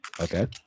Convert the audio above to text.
Okay